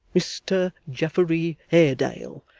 mr geoffrey haredale,